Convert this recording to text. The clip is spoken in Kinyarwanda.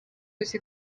uzi